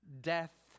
death